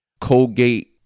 colgate